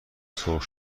سرخ